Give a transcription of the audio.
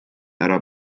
ära